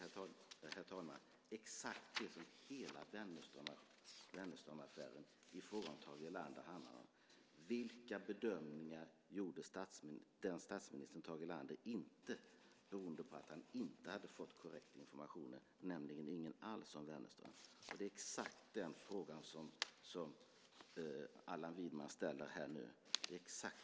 Detta är exakt det som hela Wennerströmaffären handlade om. Vilka bedömningar gjorde den statsministern, Tage Erlander, inte beroende på att han inte hade fått korrekt information, nämligen ingen alls, om Wennerström? Det är exakt den frågan som Allan Widman ställer här nu.